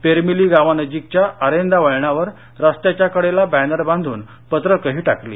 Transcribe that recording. पेरमिली गावानजीकच्या आरेंदा वळणावर रस्त्याच्या कडेला बॅनर बांधून पत्रकंही टाकली